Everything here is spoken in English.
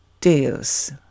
Deus